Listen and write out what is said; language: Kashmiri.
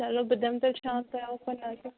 چلو بہٕ دِمہٕ تیٚلہِ شام تام اوکُن نظر